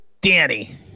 Danny